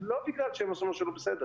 לא בגלל שהם עשו משהו לא בסדר